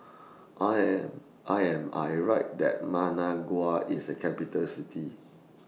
I Am I Am I Right that Managua IS A Capital City